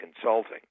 consulting